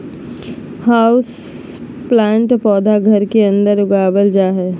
houseplant पौधा घर के अंदर उगावल जा हय